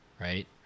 right